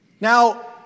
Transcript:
Now